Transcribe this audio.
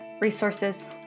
resources